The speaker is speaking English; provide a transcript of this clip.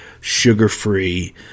sugar-free